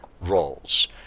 roles